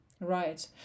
Right